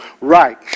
right